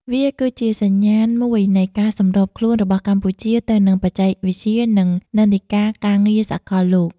វាគឺជាសញ្ញាណមួយនៃការសម្របខ្លួនរបស់កម្ពុជាទៅនឹងបច្ចេកវិទ្យា និងនិន្នាការការងារសកលលោក។